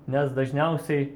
nes dažniausiai